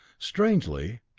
strangely,